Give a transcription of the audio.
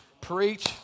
Preach